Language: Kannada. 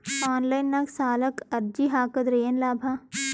ಆನ್ಲೈನ್ ನಾಗ್ ಸಾಲಕ್ ಅರ್ಜಿ ಹಾಕದ್ರ ಏನು ಲಾಭ?